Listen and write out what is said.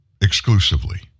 exclusively